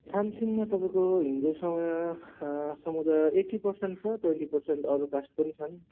सामसिङमा तपाईँको हिन्दूसँग समुदाय एटी पर्सेन्ट छ ट्वेन्टी पर्सेन्ट अरू कास्ट पनि छ